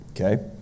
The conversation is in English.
okay